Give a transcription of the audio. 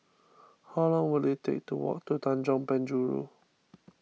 how long will it take to walk to Tanjong Penjuru